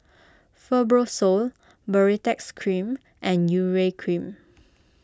Fibrosol Baritex Cream and Urea Cream